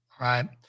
right